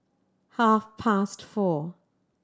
half past four